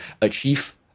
achieve